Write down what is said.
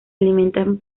alimentan